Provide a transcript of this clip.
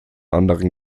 anderen